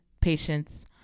patience